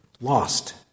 lost